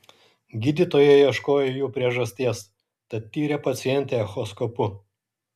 gydytojai ieškojo jų priežasties tad tyrė pacientę echoskopu